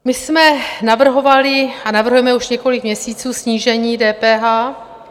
My jsme navrhovali a navrhujeme už několik měsíců snížení DPH.